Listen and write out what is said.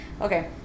Okay